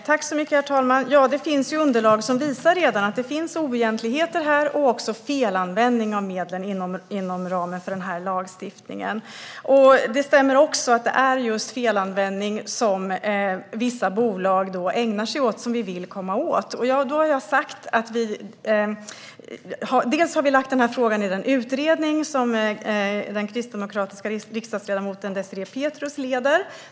Herr talman! Det finns underlag som redan visar att det finns oegentligheter och också felanvändning av medlen inom ramen för den här lagstiftningen. Det stämmer också att det är just den felanvändning som vissa bolag ägnar sig åt som vi vill komma åt. Vi har lagt den här frågan i en utredning som den kristdemokratiska riksdagsledamoten Désirée Pethrus leder.